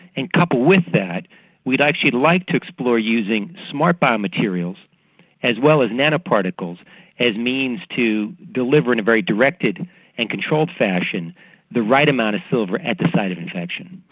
and coupled with that we'd actually like to explore using smart biomaterials as well as nanoparticles as means to deliver in a very directed and controlled fashion the right amount of silver at the site of infection.